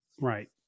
Right